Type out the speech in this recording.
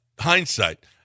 hindsight